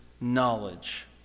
knowledge